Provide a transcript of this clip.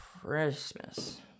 Christmas